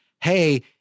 hey